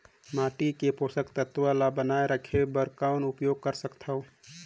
माटी मे पोषक तत्व ल बनाय राखे बर कौन उपाय कर सकथव?